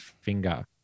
finger